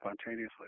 spontaneously